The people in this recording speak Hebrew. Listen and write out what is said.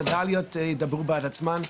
המדליות ידברו בעד עצמן.